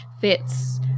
fits